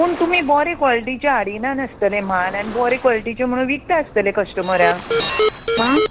पूण तुमी बोरे क्वॉलिटीचे हाडिना आसतले म्हाल आनी बोरे क्वॉलिटीचे म्हणून विकता आसतले कस्टमराक आं